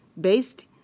based